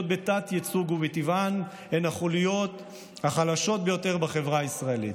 בתת-ייצוג ומטבען הן החוליות החלשות ביותר בחברה הישראלית.